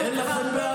אין לכם בעיה.